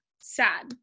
Sad